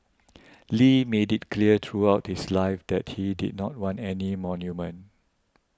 Lee made it clear throughout his life that he did not want any monument